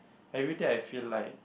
everyday I feel like